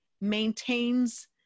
maintains